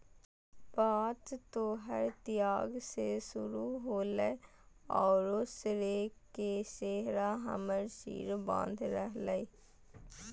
बात तोहर त्याग से शुरू होलय औरो श्रेय के सेहरा हमर सिर बांध रहलय